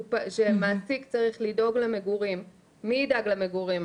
שמעסיק צריך לדאוג למגורים, מי ידאג למגורים?